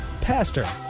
Pastor